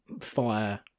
fire